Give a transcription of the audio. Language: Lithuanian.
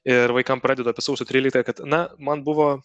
ir vaikam pradedu apie sausio tryliktąją kad na man buvo